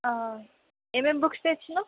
ఏమేం బుక్స్ తెచ్చావు